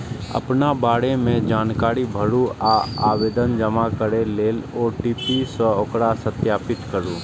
अपना बारे मे जानकारी भरू आ आवेदन जमा करै लेल ओ.टी.पी सं ओकरा सत्यापित करू